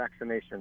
vaccinations